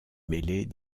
mêler